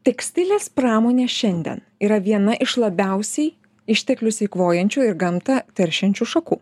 tekstilės pramonė šiandien yra viena iš labiausiai išteklius eikvojančių ir gamtą teršiančių šakų